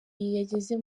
yageze